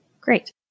great